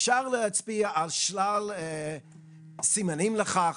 אפשר להצביע על שלל סימנים לכך,